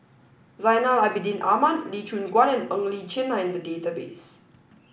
Zainal Abidin Ahmad Lee Choon Guan and Li Chin are in the database